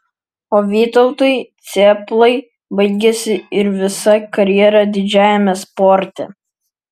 o vytautui cėplai baigėsi ir visa karjera didžiajame sporte